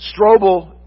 Strobel